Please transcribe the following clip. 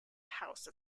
house